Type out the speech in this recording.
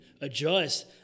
adjust